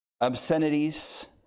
Obscenities